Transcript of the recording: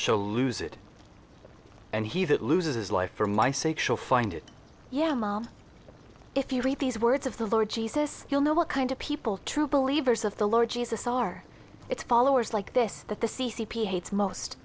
shall lose it and he that loses his life for my sake shall find it yeah mom if you read these words of the lord jesus you'll know what kind of people true believers of the lord jesus are its followers like this that the c c p hates most